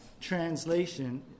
translation